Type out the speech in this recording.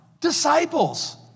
disciples